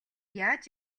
яаж